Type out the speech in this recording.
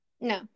No